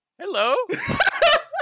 hello